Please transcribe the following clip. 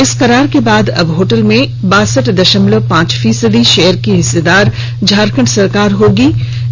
इस करार के बाद अब होटल में बासठ द ामलव पांच फीसदी शेयर की हिस्सेदार झारखंड सरकार की हो गई है